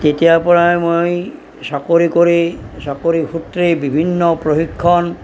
তেতিয়াৰ পৰাই মই চাকৰি কৰি চাকৰি সূত্ৰে বিভিন্ন প্ৰশিক্ষণ